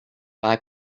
buy